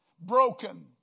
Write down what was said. broken